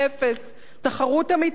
תחרות אמיתית, הוא אמר.